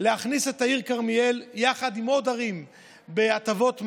להכניס את העיר כרמיאל יחד עם עוד ערים להטבות מס.